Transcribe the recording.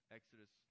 Exodus